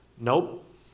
Nope